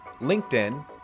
LinkedIn